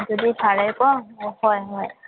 ꯑꯗꯨꯗꯤ ꯐꯔꯦꯀꯣ ꯑꯣ ꯍꯣꯏ ꯍꯣꯏ